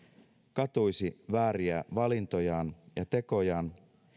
katuisi vääriä valintojaan ja tekojaan